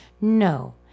No